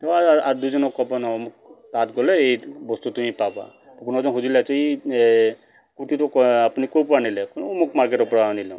তেওঁ আৰু দুজনক ক'ব নহয় অমুক তাত গ'লে এই বস্তুটো পাবা কোনোবাজনে সুধিলে যে এই কুৰ্তিটো আপুনি ক'ৰ পৰা আনিলে অমুক মাৰ্কেটৰ পৰা আনিলোঁ